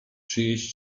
czyjejś